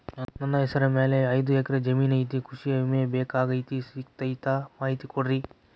ನನ್ನ ಹೆಸರ ಮ್ಯಾಲೆ ಐದು ಎಕರೆ ಜಮೇನು ಐತಿ ಕೃಷಿ ವಿಮೆ ಬೇಕಾಗೈತಿ ಸಿಗ್ತೈತಾ ಮಾಹಿತಿ ಕೊಡ್ರಿ?